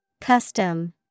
Custom